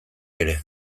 ere